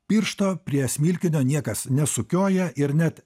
piršto prie smilkinio niekas nesukioja ir net